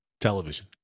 television